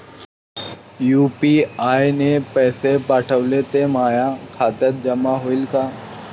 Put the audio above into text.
UPI न पैसे पाठवले, ते माया खात्यात जमा होईन का?